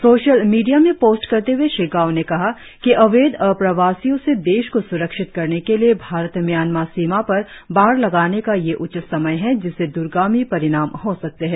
social media में post करते हए श्री गाव ने कहा कि अवैध अप्रवासियो से देश को स्रक्षित करने के लिए भारत म्यांमा सीमा पर बाड़ लगाने का यह अच्च समय है जिससे द्रगामी परिणाम हो सकते है